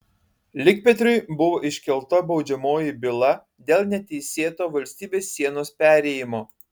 likpetriui buvo iškelta baudžiamoji byla dėl neteisėto valstybės sienos perėjimo